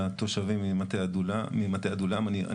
לתת להם דקה לדבר, בעיניי, זה הכי חשוב.